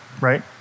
right